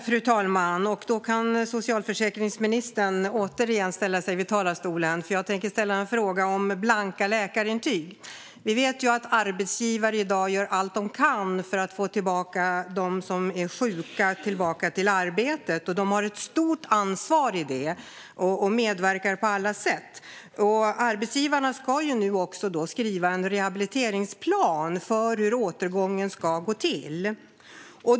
Fru talman! Då kan socialförsäkringsministern återigen ställa sig i talarstolen, för jag tänker ställa en fråga om blanka läkarintyg. Vi vet ju att arbetsgivare i dag gör allt de kan för att få dem som är sjuka tillbaka till arbetet. De har ett stort ansvar i det och medverkar på alla sätt. Arbetsgivarna ska nu också skriva en rehabiliteringsplan för hur återgången ska gå till.